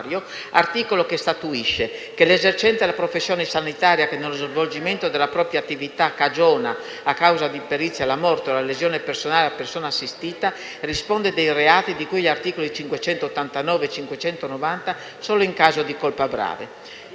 articolo statuisce che «l'esercente la professione sanitaria che, nello svolgimento della propria attività, cagiona a causa di imperizia la morte o la lesione personale della persona assistita risponde dei reati di cui agli articoli 589 e 590 solo in caso di colpa grave».